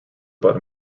about